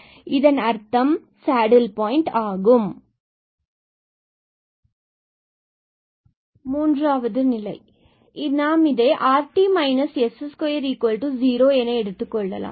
எனவே இதன் அர்த்தம் சேடில் பாயின்ட் ஆகும் மூன்றாவது நிலை நாம் இதை rt s20என எடுத்துக்கொள்ளலாம்